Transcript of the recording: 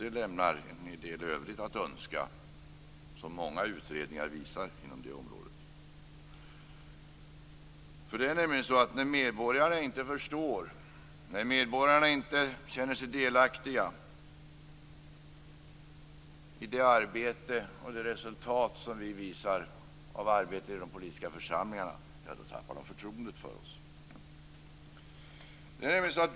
Det lämnar en del i övrigt att önska, som många utredningar visar inom det området. När medborgarna inte förstår, när medborgarna inte känner sig delaktiga i det arbete och det resultat som vi visar av arbetet i de politiska församlingarna, tappar de förtroendet för oss.